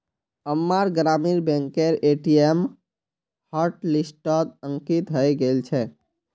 अम्मार ग्रामीण बैंकेर ए.टी.एम हॉटलिस्टत अंकित हइ गेल छेक